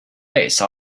lace